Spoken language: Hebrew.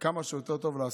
לעשות כמה שיותר טוב לחלשים.